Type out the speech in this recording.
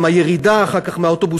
גם הירידה אחר כך מהאוטובוס,